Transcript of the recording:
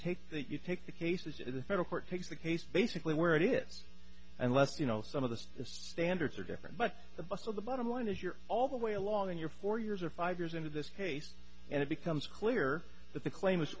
take that you take the cases in federal court takes the case basically where it is unless you know some of this is standards are different but the best of the bottom line is you're all the way along in your four years or five years into this case and it becomes clear that the claim